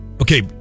Okay